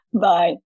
Bye